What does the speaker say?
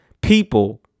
people